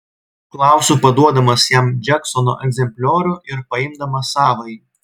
klausiu paduodamas jam džeksono egzempliorių ir paimdamas savąjį